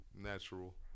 natural